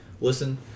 listen